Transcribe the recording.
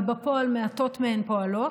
אבל בפועל מעטות מהן פועלות,